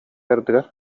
ардыгар